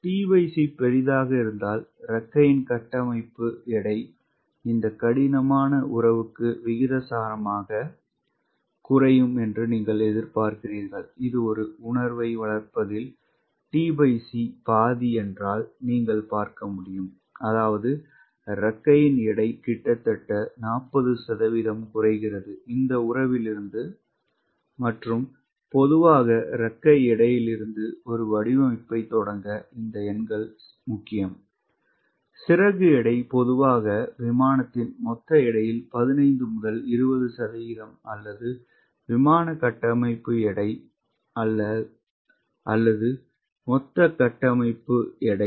tc பெரிதாக இருந்தால் இறக்கையின் கட்டமைப்பு எடை இந்த கடினமான உறவுக்கு விகிதாசாரமாகக் குறையும் என்று நீங்கள் எதிர்பார்க்கிறீர்கள் இது ஒரு உணர்வை வளர்ப்பதில் tc பாதி என்றால் நீங்கள் பார்க்க முடியும் அதாவது இறக்கையின் எடை கிட்டத்தட்ட 40 சதவிகிதம் குறைகிறது இந்த உறவிலிருந்து மற்றும் பொதுவாக இறக்கை எடையிலிருந்து ஒரு வடிவமைப்பைத் தொடங்க இந்த எண்கள் முக்கியம் சிறகு எடை பொதுவாக விமானத்தின் மொத்த எடையில் 15 முதல் 20 சதவிகிதம் அல்லது விமான கட்டமைப்பு எடை அல்ல மொத்த கட்டமைப்பு எடை